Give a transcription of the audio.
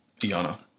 Iana